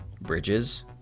bridges